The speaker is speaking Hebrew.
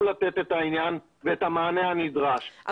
במסגרת הזו אני